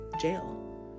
jail